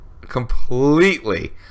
Completely